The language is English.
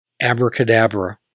Abracadabra